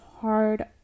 hard